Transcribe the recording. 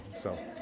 so